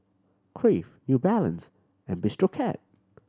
Crave New Balance and Bistro Cat